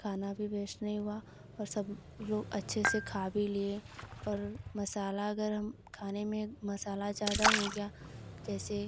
खाना भी वेश्ट नहीं हुआ और सब लोग अच्छे से खा भी लिए और मसाला गरम खाने में मसाला ज़्यादा हो गया जैसे